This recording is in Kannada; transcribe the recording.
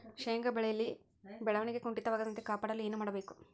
ಶೇಂಗಾ ಬೆಳೆಯಲ್ಲಿ ಬೆಳವಣಿಗೆ ಕುಂಠಿತವಾಗದಂತೆ ಕಾಪಾಡಲು ಏನು ಮಾಡಬೇಕು?